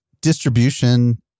Distribution